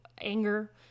anger